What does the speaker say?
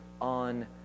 on